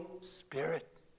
Spirit